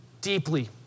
deeply